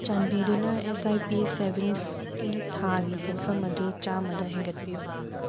ꯆꯥꯟꯕꯤꯗꯨꯅ S I P ꯁꯦꯚꯤꯡꯁꯀꯤ ꯊꯥꯒꯤ ꯁꯦꯟꯐꯝ ꯑꯗꯨ ꯆꯥꯝꯃꯗ ꯍꯦꯡꯒꯠꯄꯤꯌꯨ